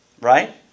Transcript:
Right